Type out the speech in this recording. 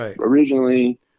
originally